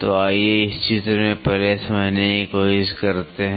तो आइए इस चित्र में पहले समझने की कोशिश करते हैं